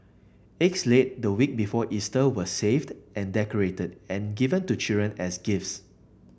eggs laid the week before Easter were saved and decorated and given to children as gifts